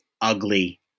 ugly